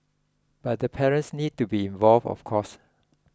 but the parents need to be involved of course